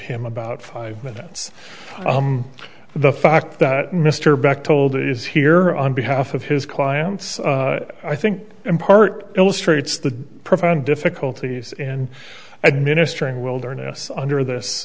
him about five minutes the fact that mr beck told it is here on behalf of his clients i think in part illustrates the profound difficulties in administering wilderness under this